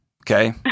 Okay